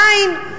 אַין.